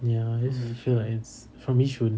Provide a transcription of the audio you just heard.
ya I just feel like it's from yishun